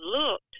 looked